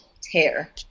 tear